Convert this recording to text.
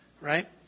right